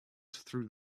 through